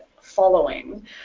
following